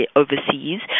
overseas